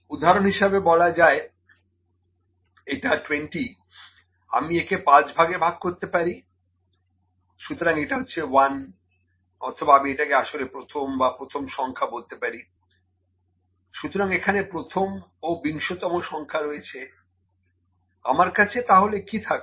উদাহরণ হিসেবে বলা যায় এটা 20 আমি একে 5 ভাগে ভাগ করতে পারি সুতরাং এটা হচ্ছে 1 অথবা আমি এটাকে আসলে প্রথম বা প্রথম সংখ্যা বলতে পারি সুতরাং এখানে প্রথম ও বিংশতম সংখ্যা রয়েছে আমার কাছে তাহলে কি থাকলো